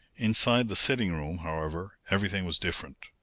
inside the sitting room, however, everything was different.